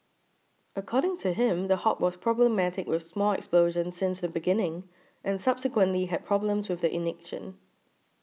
according to him the hob was problematic with small explosions since the beginning and subsequently had problems with the ignition